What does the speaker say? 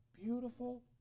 Beautiful